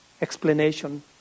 explanation